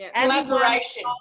Collaboration